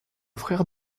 frère